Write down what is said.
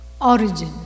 origin